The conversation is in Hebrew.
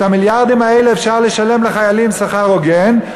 את המיליארדים האלה אפשר לשלם לחיילים כשכר הוגן.